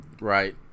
Right